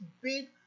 big